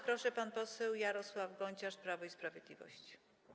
Proszę, pan poseł Jarosław Gonciarz, Prawo i Sprawiedliwość.